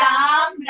Ram